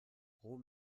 rom